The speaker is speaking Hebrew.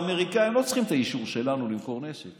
האמריקאים לא צריכים את האישור שלנו למכור נשק,